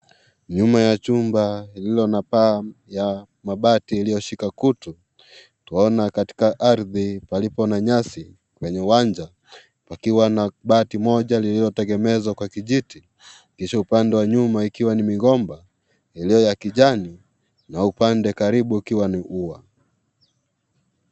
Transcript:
Nyuma ya chumba lililo na paa ya mabati iliyoshika kutu twaona katika ardhi palipo na nyasi kwenye uwanja pakiwa na bati moja lililotengenezwa kwa kijiti kisha upande wa nyuma ikiwa ni migomba iliyo ya kijani na upande karibu ukiwa ni ua.